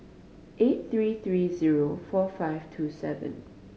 eight three three zero four five two seven